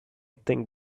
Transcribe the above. think